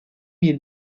bir